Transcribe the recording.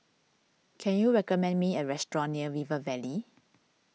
can you recommend me a restaurant near River Valley